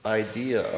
idea